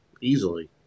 Easily